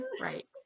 Right